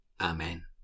Amen